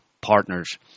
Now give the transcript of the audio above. partners